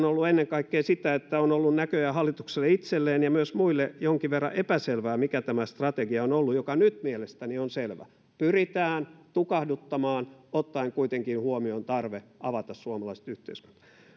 ollut ennen kaikkea sitä että on ollut näköjään hallitukselle itselleen ja myös muille jonkin verran epäselvää mikä on ollut tämä strategia joka nyt mielestäni on selvä pyritään tukahduttamaan ottaen kuitenkin huomioon tarve avata suomalaista yhteiskuntaa